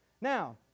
Now